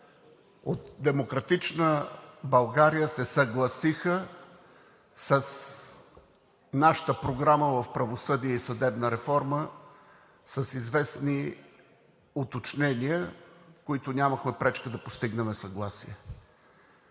от „Демократична България“ се съгласиха с нашата програма в „Правосъдие“ и „Съдебна реформа“ с известни уточнения, по които нямахме пречка да постигнем съгласие,